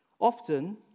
Often